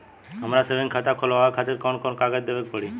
हमार सेविंग खाता खोलवावे खातिर कौन कौन कागज देवे के पड़ी?